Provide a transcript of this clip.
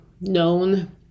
known